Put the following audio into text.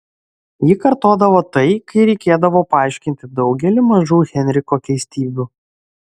ji kartodavo tai kai reikėdavo paaiškinti daugelį mažų henriko keistybių